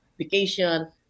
vacation